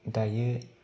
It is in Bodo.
दायो